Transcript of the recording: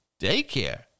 Daycare